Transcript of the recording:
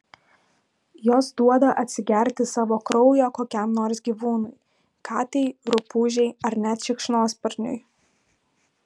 jos duoda atsigerti savo kraujo kokiam nors gyvūnui katei rupūžei ar net šikšnosparniui